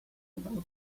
about